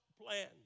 plan